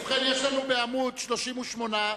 בעמוד 38,